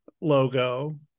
logo